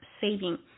saving